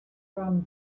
from